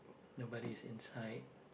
nobody is inside